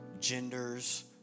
genders